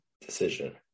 decision